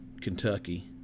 Kentucky